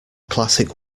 classic